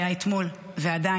בעצם,